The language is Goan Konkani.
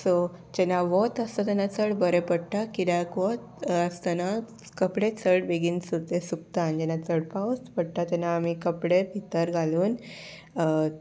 सो जेन्ना वत आसता तेन्ना चड बरें पडटा किद्याक वत आसतना कपडे चड बेगीन ते सुकता आनी जेन्ना चड पावच पडटा तेन्ना आमी कपडे भितर घालून